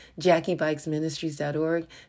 JackieBikesMinistries.org